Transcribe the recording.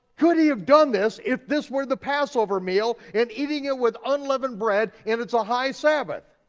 could he have done this if this were the passover meal and eating it with unleavened bread and it's a high sabbath?